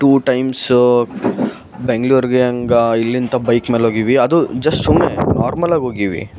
two times ಬೆಂಗಳೂರಿಗೆ ಹಂಗಾ ಇಲ್ಲಿಂದ ಬೈಕ್ ಮೇಲೆ ಹೋಗೀವಿ ಅದು ಜಸ್ಟ್ ಸುಮ್ಮನೆ ನಾರ್ಮಲ್ಲಾಗಿ ಹೋಗೀವಿ